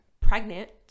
pregnant